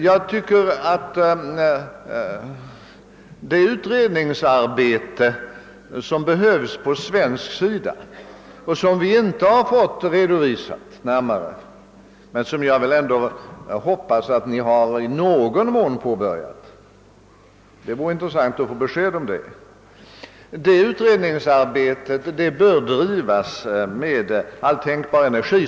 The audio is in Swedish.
Jag tycker att det utredningsarbete som behövs på svensk sida och som vi inte har fått närmare redovisat — jag hoppas att detta utredningsarbete i någon mån påbörjats, och det vore intressant att få besked i saken — bör drivas med all tänkbar energi.